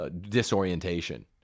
disorientation